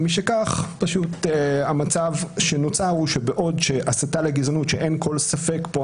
ומשכך פשוט המצב שנוצר הוא שבעוד שהסתה לגזענות שאין כל ספק פה,